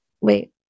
wait